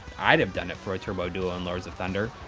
i'd have done it for a turbo duo and lords of thunder.